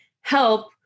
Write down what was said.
help